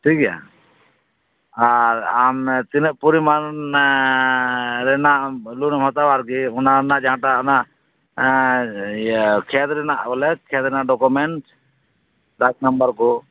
ᱴᱷᱤᱠ ᱜᱮᱭᱟ ᱟᱨ ᱟᱢ ᱛᱤᱱᱟᱹᱜ ᱯᱚᱨᱤᱢᱟᱱ ᱨᱮᱱᱟᱜ ᱞᱳᱱᱮᱢ ᱦᱟᱛᱟᱣᱟ ᱟᱨᱠᱤ ᱚᱱᱟᱨᱮᱱᱟᱜ ᱡᱟᱦᱟᱴᱟᱜ ᱚᱱᱟ ᱤᱭᱟᱹ ᱠᱷᱮᱛ ᱨᱮᱱᱟᱜ ᱵᱚᱞᱮ ᱠᱷᱮᱛ ᱨᱮᱱᱟᱜ ᱰᱚᱠᱩᱢᱮᱱᱴ ᱫᱟᱜᱽ ᱱᱟᱢᱵᱟᱨ ᱠᱚ